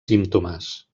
símptomes